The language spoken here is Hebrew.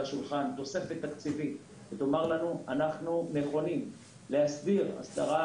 השולחן תוספת תקציבית ותהיה נכונה להסדיר הסדרת